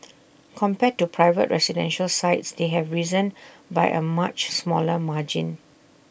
compared to private residential sites they have risen by A much smaller margin